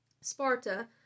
Sparta